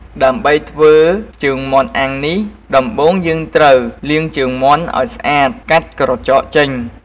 ដើម្បីធ្វើជើងមាន់អាំងនេះ ដំបូងយើងត្រូវ លាងជើងមាន់ឱ្យស្អាត កាត់ក្រចកចេញ។